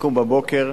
לקום בבוקר,